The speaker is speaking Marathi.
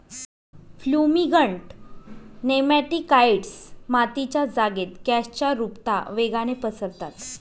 फ्युमिगंट नेमॅटिकाइड्स मातीच्या जागेत गॅसच्या रुपता वेगाने पसरतात